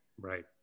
right